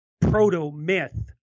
proto-myth